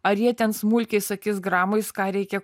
ar jie ten smulkiai sakys gramais ką reikia